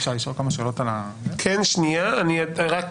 יש איזושהי